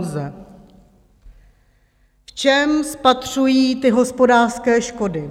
V čem spatřují ty hospodářské škody.